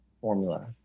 formula